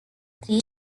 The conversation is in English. three